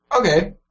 Okay